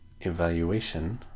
evaluation